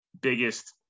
biggest